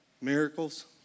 miracles